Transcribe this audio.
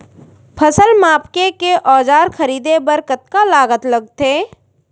फसल मापके के औज़ार खरीदे बर कतका लागत लगथे?